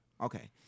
Okay